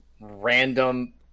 random